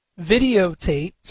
videotaped